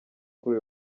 kuri